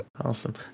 Awesome